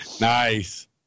Nice